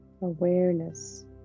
awareness